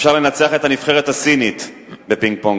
אפשר לנצח את הנבחרת הסינית בפינג-פונג,